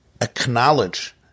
acknowledge